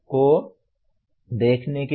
को देखने के लिए